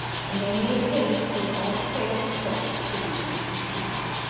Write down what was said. and they made haste, with all sails set to return to cochin.